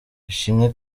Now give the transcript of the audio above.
ishimwe